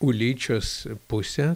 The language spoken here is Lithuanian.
ulyčios pusę